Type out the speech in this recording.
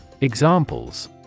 Examples